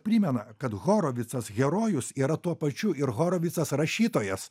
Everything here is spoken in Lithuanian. primena kad horovicas herojus yra tuo pačiu ir horovicas rašytojas